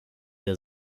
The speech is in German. der